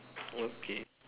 okay